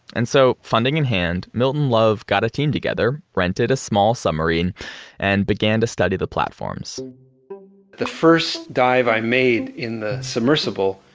and so funding in hand, milton love got a team together, rented a small submarine and began to study the platforms the first dive i made in the submersible,